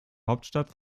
hauptstadt